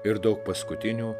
ir daug paskutinių